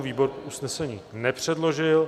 Výbor usnesení nepředložil.